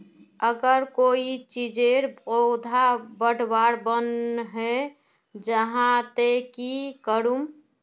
अगर कोई चीजेर पौधा बढ़वार बन है जहा ते की करूम?